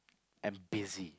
am busy